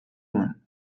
nuen